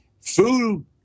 food